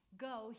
go